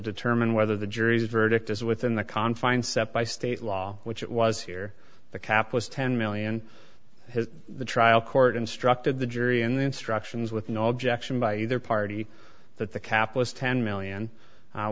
whether the jury's verdict is within the confines set by state law which it was here the cap was ten million hits the trial court instructed the jury and the instructions with no objection by either party that the cap was ten million